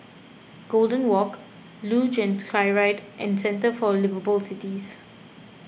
Golden Walk Luge and Skyride and Centre for Liveable Cities